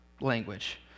language